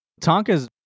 Tonka's